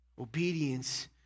Obedience